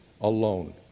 alone